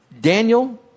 Daniel